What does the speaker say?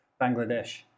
Bangladesh